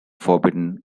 forbidden